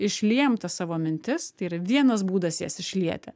išliejam tas savo mintis tai yra vienas būdas jas išlieti